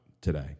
today